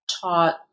taught